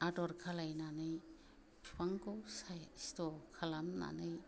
आदर खालायनानै बिफांखौ साइसथ' खालामनानै